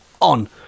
on